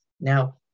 now